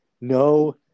No